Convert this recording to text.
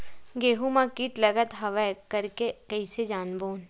गेहूं म कीट लगत हवय करके कइसे जानबो?